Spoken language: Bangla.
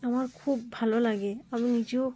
আমার খুব ভালো লাগে আমি নিজেও